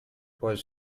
was